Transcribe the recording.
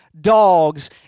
dogs